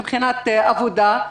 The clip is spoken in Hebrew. מבחינת עבודה.